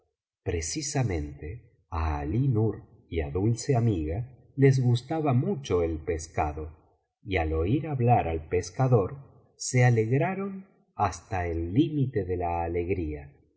precisamente á alí nur y á dulce amiga les gustaba mucho el pescado y al oír hablar al pescador se alegraron hasta el límite de la alegría